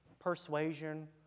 persuasion